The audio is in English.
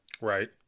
Right